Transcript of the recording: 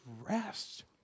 rest